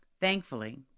Thankfully